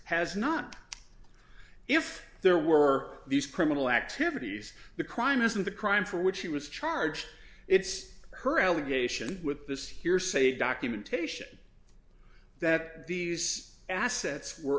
has not if there were these criminal activities the crime of the crime for which she was charged it's her allegation with this hearsay documentation that these assets were